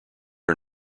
are